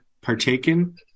partaken